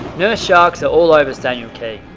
nurse sharks are all over staniel key.